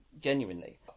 genuinely